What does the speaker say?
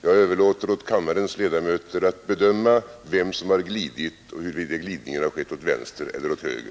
Jag överlåter åt kammarens ledamöter att bedöma vem som har glidit och huruvida glidningen har skett åt vänster eller åt höger.